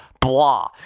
blah